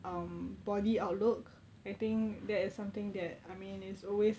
um body outlook I think that is something that I mean it's always